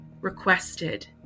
requested